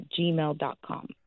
gmail.com